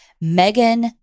megan